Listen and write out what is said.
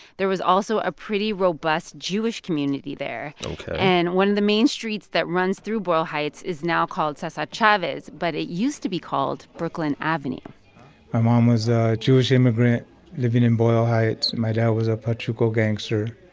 there was also a pretty robust jewish community there ok and one of the main streets that runs through boyle heights is now called so cesar ah chavez, but it used to be called brooklyn avenue my ah mom was a jewish immigrant living in boyle heights. my dad was a pachuco gangster.